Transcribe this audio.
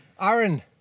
Aaron